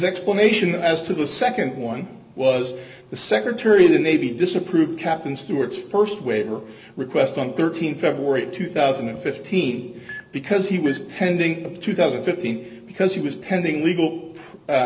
explanation as to the nd one was the secretary of the navy disapproved captain stewart's st waiver request on thirteen february two thousand and fifteen because he was pending two thousand and fifteen because he was pending legal a